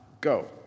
go